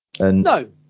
No